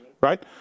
right